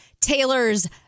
Taylor's